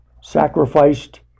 sacrificed